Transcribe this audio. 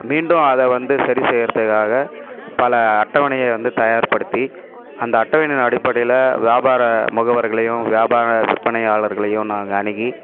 மீண்டும் அதை வந்து சரி செய்கிறத்துக்காக பல அட்டவணையை வந்து தயார்ப்படுத்தி அந்த அட்டவணையின் அடிப்படையில் வியாபார முகவர்களையும் வியாபார விற்பனையாளர்களையும் நாங்கள் அணுகி